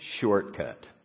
shortcut